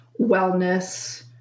wellness